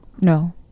No